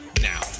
now